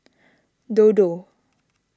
Dodo